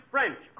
French